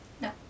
No